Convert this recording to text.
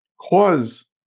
cause